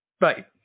Right